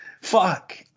Fuck